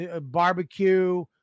barbecue